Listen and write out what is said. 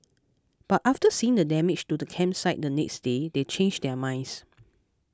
but after seeing the damage to the campsite the next day they changed their minds